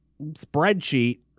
spreadsheet